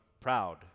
proud